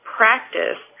practice